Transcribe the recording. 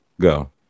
Go